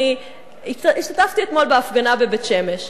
אני השתתפתי אתמול בהפגנה בבית-שמש.